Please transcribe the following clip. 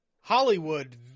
Hollywood